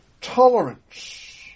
tolerance